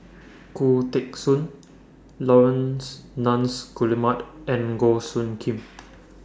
Khoo Teng Soon Laurence Nunns Guillemard and Goh Soo Khim